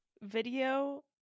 video